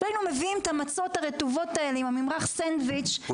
והיינו מביאים את המצות הרטובות האלה עם הממרח לדיסנילנד.